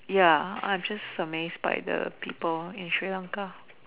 ya I'm just amazed by the people in Sri-Lanka